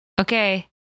Okay